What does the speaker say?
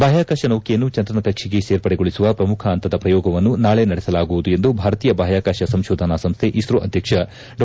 ಬಾಹ್ಕಾಕಾಶ ನೌಕೆಯನ್ನು ಚಂದ್ರನ ಕಕ್ಷೆಗೆ ಸೇರ್ಪಡೆಗೊಳಿಸುವ ಪ್ರಮುಖ ಹಂತದ ಪ್ರಯೋಗವನ್ನು ನಾಳೆ ನಡೆಸಲಾಗುವುದು ಎಂದು ಭಾರತೀಯ ಬಾಹ್ಯಾಕಾಶ ಸಂಶೋಧನಾ ಸಂಶ್ನೆ ಇಸ್ರೋ ಅಧ್ಯಕ್ಷ ಡಾ